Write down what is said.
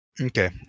Okay